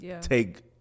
take